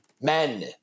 men